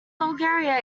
bulgaria